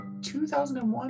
2001